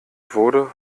wurde